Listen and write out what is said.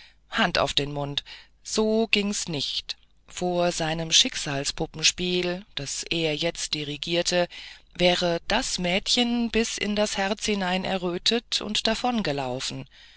hand auf den mund so ging's nicht vor seinem schicksalspuppenspiel das er jetzt dirigierte wäre das mädchen bis in das herz hinein errötet und